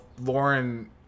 Lauren